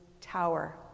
tower